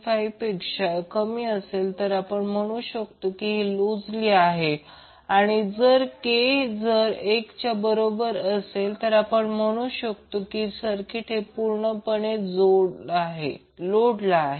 5 पेक्षा कमी असेल तर आपण म्हणू शकतो की हे लुजलि आहे आणि k जर 1 बरोबर असेल तर आपण म्हणू या सर्किट हे परिपूर्ण जोड आहे